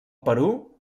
perú